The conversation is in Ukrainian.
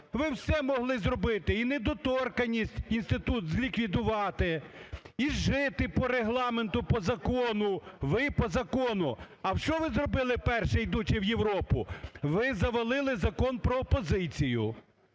Ви все могли зробити і недоторканність інститут зліквідувати, і жити по Регламенту, по закону, ви – по закону. А що ви зробили перше, ідучи в Європу? Ви завалили Закон "Про опозицію".